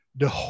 No